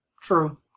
True